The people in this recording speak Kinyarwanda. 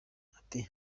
ati